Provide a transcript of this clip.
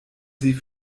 sie